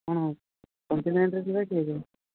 ହଁ କଣ୍ଟିନେଣ୍ଟ୍ରେ ଯିବା କି ଏବେ